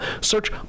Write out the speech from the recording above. Search